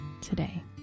today